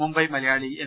Mumbai Malayali M